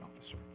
officer